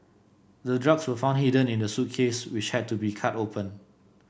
the drugs were found hidden in the suitcase which had to be cut open